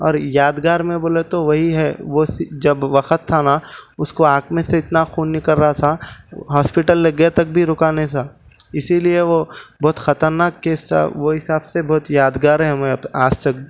اور یادگار میں بولے تو وہی ہے وہ سی جب وقت تھا نا اس کو آنکھ میں سے اتنا خون نکل رہا تھا ہاسپٹل لے کے گئے تک بھی رکا نہیں تھا اسی لئے وہ بہت خطرناک کیس تھا وہ حساب سے بہت یادگار ہے ہمیں آج تک